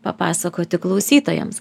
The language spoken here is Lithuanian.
papasakoti klausytojams